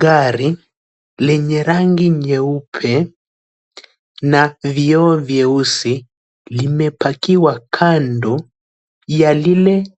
Gari lenye rangi nyeupe na vioo vyeusi limepakiwa kando na lile